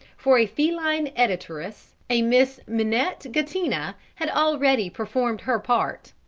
for a feline editoress, a miss minette gattina, had already performed her part.